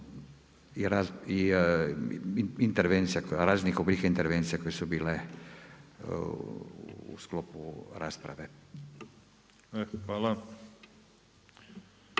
raznih oblika intervencije koje su bile u sklopu rasprave.